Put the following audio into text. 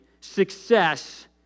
success